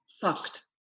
Fucked